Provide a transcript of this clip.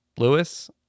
Lewis